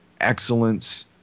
excellence